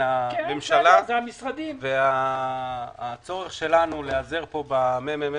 הממשלה והצורך שלנו להיעזר פה ב-ממ"מ,